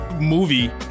movie